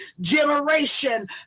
generation